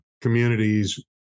communities